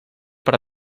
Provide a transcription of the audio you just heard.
per